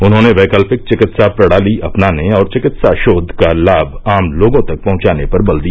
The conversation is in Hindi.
उन्होंने वैकल्पिक चिकित्सा प्रणाली अपनाने और चिकित्सा शोध का लाम आम लोगों तक पहुंचाने पर बल दिया